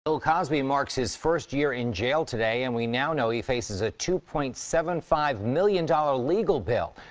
bill cosby marks his first year in jail today. and we now know he faces ah two point seven five million-dollar legal bill.